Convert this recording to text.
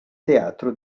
teatro